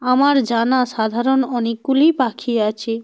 আমার জানা সাধারণ অনেকগুলিই পাখি আছে